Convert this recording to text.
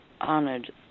honored